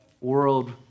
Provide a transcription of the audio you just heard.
World